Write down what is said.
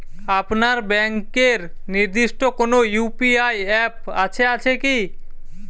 আপনার ব্যাংকের নির্দিষ্ট কোনো ইউ.পি.আই অ্যাপ আছে আছে কি?